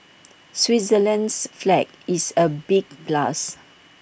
Switzerland's flag is A big plus